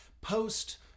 post